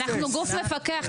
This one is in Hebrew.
אנחנו גוף מפקח,